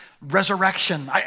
resurrection